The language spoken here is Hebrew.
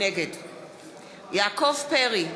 נגד יעקב פרי,